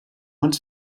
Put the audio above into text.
one